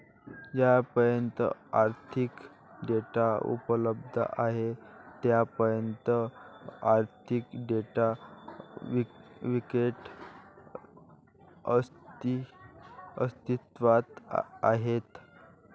जोपर्यंत आर्थिक डेटा उपलब्ध आहे तोपर्यंत आर्थिक डेटा विक्रेते अस्तित्वात आहेत